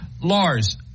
Lars